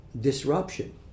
disruption